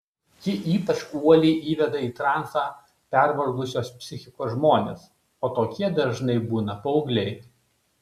ji ypač uoliai įveda į transą pervargusios psichikos žmones o tokie dažnai būna paaugliai